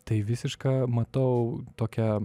tai visiška matau tokia